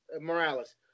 Morales